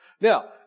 Now